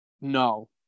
no